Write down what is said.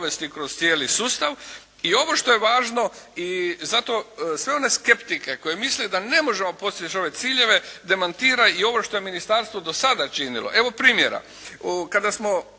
kroz cijeli sustav i ovo što je važno i zato sve one skeptike koji misle da ne možemo postići ove ciljeve demantira i ovo što je ministarstvo do sada činilo. Evo primjera.